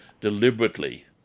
deliberately